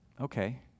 Okay